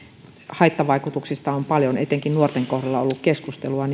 haittavaikutuksista on paljon etenkin nuorten kohdalla ollut keskustelua